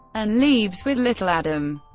and leaves with little adam.